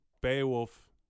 Beowulf